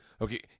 Okay